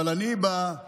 אבל אני בפסיביים,